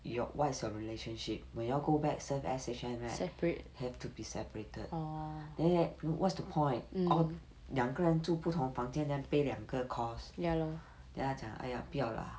your what is your relationship when you all go back serve S_H_N right have to be separated then what's the point all 两个人住不同房间 then pay 两个 cost then 她讲哎呀不要啦